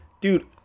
Dude